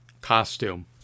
costume